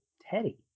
Teddy